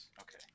Okay